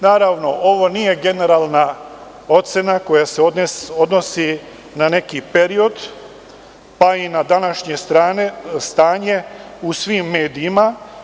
Naravno, ovo nije generalna ocena koja se odnosi na neki period, pa i na današnje stanje u svim medijima.